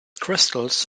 crystals